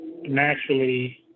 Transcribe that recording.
naturally